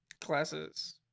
classes